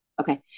okay